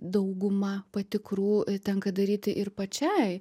dauguma patikrų tenka daryti ir pačiai